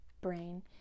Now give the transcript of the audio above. brain